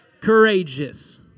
courageous